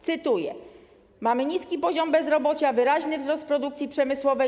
Cytuję: Mamy niski poziom bezrobocia, wyraźny wzrost produkcji przemysłowej.